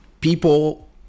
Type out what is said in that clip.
People